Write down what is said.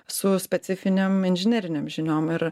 su specifinėm inžinerinėm žiniom ir